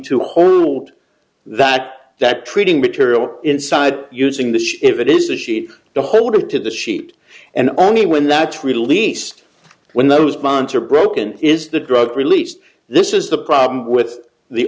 to hold that that treating material inside using the if it is a sheet to hold of to the sheet and only when that's released when those bonds are broken is the drug released this is the problem with the